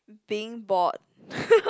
being bored